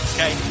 Okay